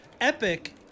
Epic